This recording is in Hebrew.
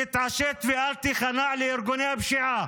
תתעשת ואל תיכנע לארגוני פשיעה,